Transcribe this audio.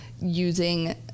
using